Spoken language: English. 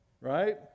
right